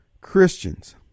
Christians